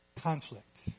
Conflict